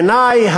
בעיני,